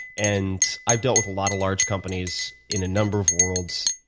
and i've dealt with a lot of large companies in a number of worlds.